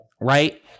right